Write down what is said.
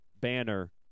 banner